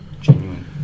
Genuine